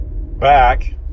back